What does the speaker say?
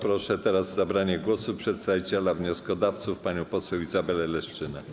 Proszę teraz o zabranie głosu przedstawiciela wnioskodawców panią poseł Izabelę Leszczynę.